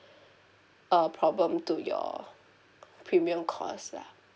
a problem to your premium cost lah